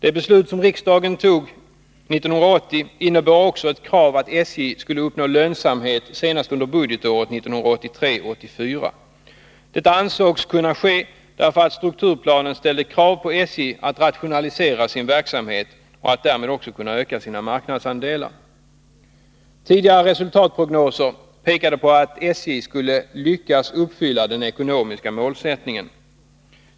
Det beslut som riksdagen tog 1980 innebar också ett krav på att SJ skulle uppnå lönsamhet senast budgetåret 1983/84. Detta ansågs kunna ske därför att strukturplanen ställde krav på SJ att rationalisera sin verksamhet och att därmed också kunna öka sina marknadsandelar. Tidigare resultatprognoser pekade på att SJ skulle lyckas uppfylla den ekonomiska målsättningen.